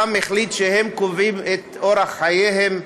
העם החליט שהם קובעים את אורח חייו.